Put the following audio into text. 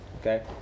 Okay